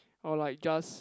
or like just